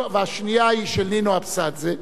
השנייה היא של נינו אבסדזה,